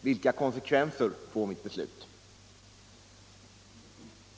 Vilka konsekvenser får mitt beslut?